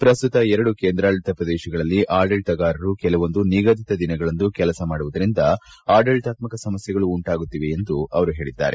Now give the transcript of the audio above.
ಪ್ರಸ್ತುತ ಎರಡು ಕೇಂದ್ರಾದಳಿತ ಪ್ರದೇಶಗಳಲ್ಲಿ ಆದಳಿತಗಾರರು ಕೆಲವೊಂದು ನಿಗದಿತ ದಿನಗಳಂದು ಕೆಲಸ ಮಾಡುವುದರಿಂದ ಆದಳಿತಾತ್ಮಕ ಸಮಸ್ಯೆಗಳು ಉಂಟಾಗುತ್ತಿವೆ ಎಂದು ಹೇಳಿದರು